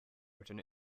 written